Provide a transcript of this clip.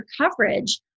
coverage